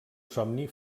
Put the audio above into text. somni